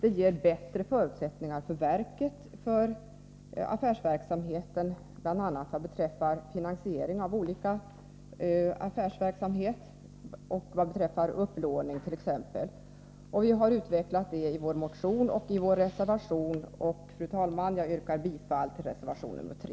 Detta skulle ge bättre förutsättningar för verkets affärsverksamhet, bl.a. vad beträffar finansiering och t.ex. i fråga om upplåning. Vi har utvecklat detta i vår motion och i vår reservation. Fru talman! Jag yrkar bifall till reservation 3.